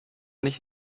nicht